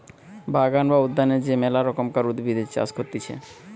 বাগান বা উদ্যানে যে মেলা রকমকার উদ্ভিদের চাষ করতিছে